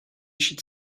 should